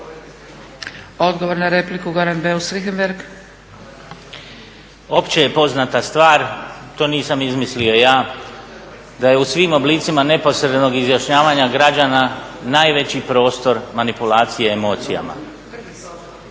Richembergh, Goran (HNS)** Opće je poznata stvar, to nisam izmislio ja, da je u svim oblicima neposrednog izjašnjavanja građana najveći prostor manipulacije emocijama